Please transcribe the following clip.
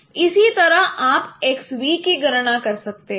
इसी तरह आप Xᵥ की गणना कर सकते हैं